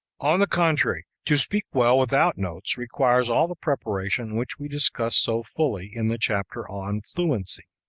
on the contrary, to speak well without notes requires all the preparation which we discussed so fully in the chapter on fluency,